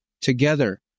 together